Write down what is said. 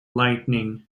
lighting